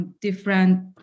different